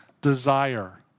desire